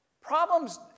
problems